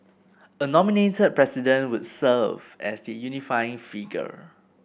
a nominated President would serve as the unifying figure